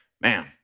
man